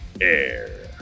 air